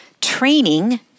Training